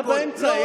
מה באמצע?